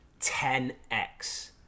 10x